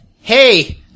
Hey